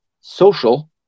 social